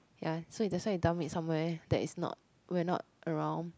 ya so it that's why you dump it somewhere that is not we're not around